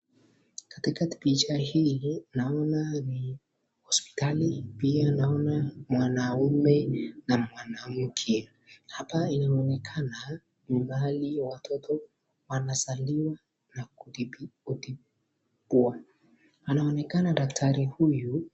Ktika picha hii naona ni hospitali, pia naona mwanaume na mwanamke, hapa inaonekana ni mahali watoto wanazaliwa na kutibiwa, anaonekana daktari huyu.